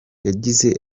yagize